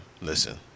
listen